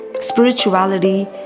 spirituality